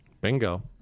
Bingo